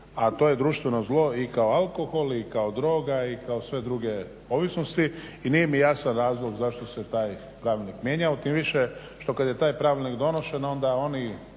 a to je društveno zlo i kao alkohol i kao droga i kao sve druge ovisnosti. I nije mi jasan razlog zašto se taj pravilnik mijenjao, tim više što kad je taj pravilnik donošen onda oni